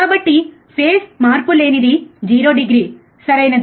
కాబట్టి ఫేస్మార్పు లేనిది 0 డిగ్రీ సరియైనది